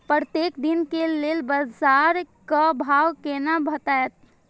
प्रत्येक दिन के लेल बाजार क भाव केना भेटैत?